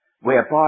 whereby